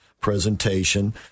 presentation